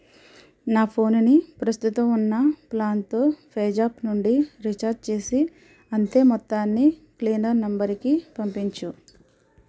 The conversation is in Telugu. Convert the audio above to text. నా ఫోను ని ప్రస్తుతం ఉన్న ప్లాన్ తో పేజాప్ నుండి రీఛార్జ్ చేసి అంతే మొత్తాన్ని క్లీనర్ నంబరు కి పంపించు